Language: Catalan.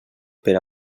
per